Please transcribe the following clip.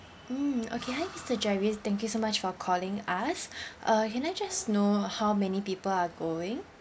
mm okay hi mister jerrith thank you so much for calling us uh can I just know how many people are going